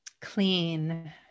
Clean